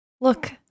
Look